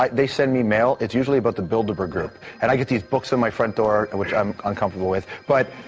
they send me mail, it's usually about the bilderberg group. and i get these books on my front door, and which i'm uncomfortable with, but.